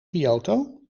kyoto